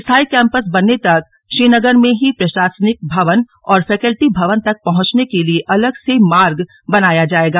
स्थायी कैंपस बनने तक श्रीनगर में ही प्रशासनिक भवन और फैक्लटी भवन तक पहुंचने के लिए अलग से मार्ग बनाया जाएगा